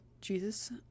Jesus